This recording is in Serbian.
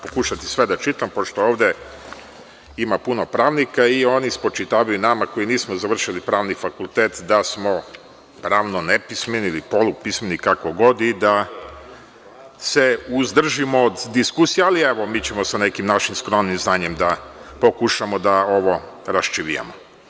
Pokušaću sve da čitam, pošto ovde ima puno pravnik i oni spočitavaju nama koji nismo završili pravni fakultet da smo pravno nepismeni ili polupismeni, kako god, i da se uzdržimo od diskusija, ali evo mi ćemo sa nekim našim skromnim znanjem da pokušamo da ovo raščivijamo.